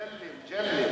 מג'לי, מג'לי.